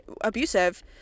abusive